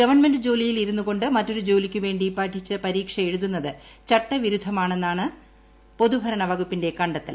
government ജോലിയിൽ ഇരുന്നുകൊ ് മറ്റൊരു ജോലിക്ക് വേ ി പഠിച്ച് പരീക്ഷ എഴുതുന്നത് ചട്ടവിരുദ്ധമാണെന്നാണ് പൊതുഭരണവകുപ്പിന്റെ ക ത്തൽ